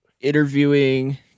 interviewing